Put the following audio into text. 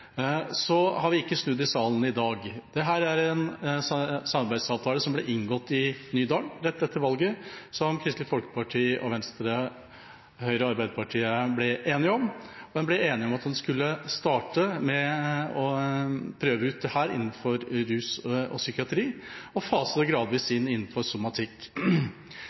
Så har vi ikke snudd i salen i dag. Dette er en samarbeidsavtale som ble inngått i Nydalen rett etter valget som Kristelig Folkeparti, Venstre, Høyre og Fremskrittspartiet ble enige om, og en ble enige om at en skulle starte med å prøve ut dette innenfor rus og psykiatri, og fase det gradvis inn innenfor somatikk.